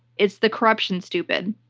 it's the corruption, stupid.